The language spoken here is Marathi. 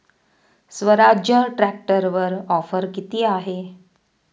स्वराज्य ट्रॅक्टरवर ऑफर किती आहे?